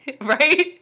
right